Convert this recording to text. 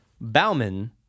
bauman